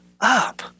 up